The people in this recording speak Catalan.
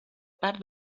part